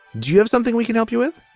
do you have something we can help you with?